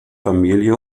familie